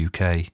UK